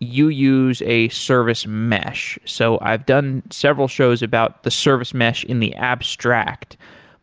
you use a service mesh. so i've done several shows about the service mesh in the abstract